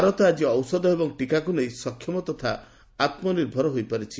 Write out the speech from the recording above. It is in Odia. ଭାରତ ଆଜି ଔଷଧ ଏବଂ ଟିକାକୁ ନେଇ ସକ୍ଷମ ତଥା ଆତ୍ମନିର୍ଭର ହୋଇପାରିଛି